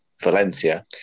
Valencia